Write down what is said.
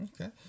Okay